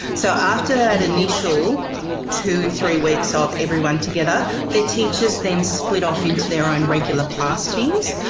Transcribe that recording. so after that initial two, three weeks of everyone together, the teachers then split off into their own regular class teams,